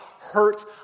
hurt